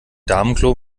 damenklo